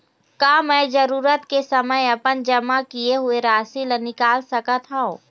का मैं जरूरत के समय अपन जमा किए हुए राशि ला निकाल सकत हव?